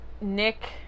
Nick